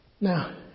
Now